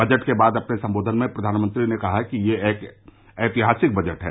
budget के बाद अपने संबोधन में प्रधानमंत्री ने कहा कि यह एक ऐतिहासिक बजट है